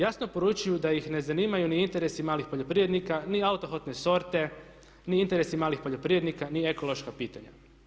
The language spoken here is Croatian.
Jasno poručuju da ih ne zanimaju ni interesi malih poljoprivrednika, ni autohtone sorte, ni interesi malih poljoprivrednika ni ekološka pitanja.